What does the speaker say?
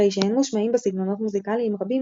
הרי שאין מושמעים בה סגנונות מוזיקליים רבים